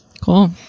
Cool